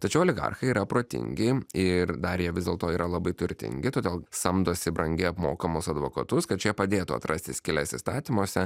tačiau oligarchai yra protingi ir dar jie vis dėlto yra labai turtingi todėl samdosi brangiai apmokamus advokatus kad šie padėtų atrasti skyles įstatymuose